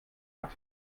hat